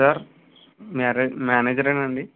sir మేనేజరేనా అండి